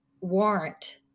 warrant